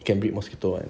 can breed mosquito [one]